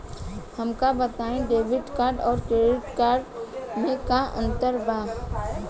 हमका बताई debit card और क्रेडिट कार्ड में का अंतर बा?